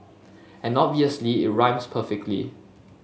and obviously it rhymes perfectly